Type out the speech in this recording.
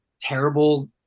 terrible